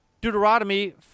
Deuteronomy